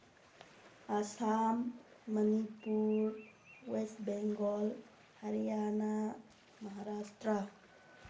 Assam Manipur west Bengal Haryana Maharashtra